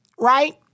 Right